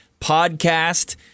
podcast